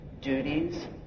duties